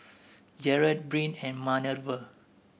Jarret Bryn and Manerva